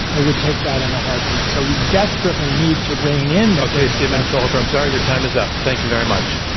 they would take that in a heartbeat. so we desperately need to reign in the, stephen schulhofer, i'm sorry, your time is up. thank you very much.